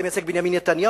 אתה מייצג את בנימין נתניהו,